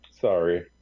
Sorry